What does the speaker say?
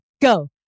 go